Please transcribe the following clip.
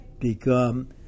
become